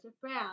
Brown